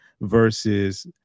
versus